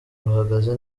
ruhagaze